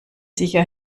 sicher